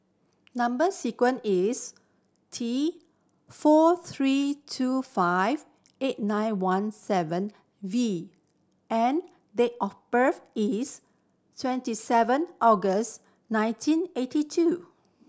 number sequence is T four three two five eight nine one seven V and date of birth is twenty seven August nineteen eighty two